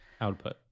output